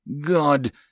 God